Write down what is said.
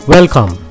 Welcome